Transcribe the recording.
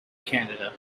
canada